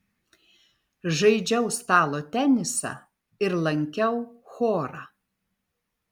žaidžiau stalo tenisą ir lankiau chorą